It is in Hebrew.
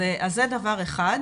זה דבר אחד.